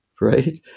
right